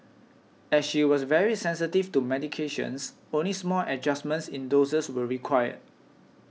as she was very sensitive to medications only small adjustments in doses were required